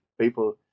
people